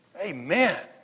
Amen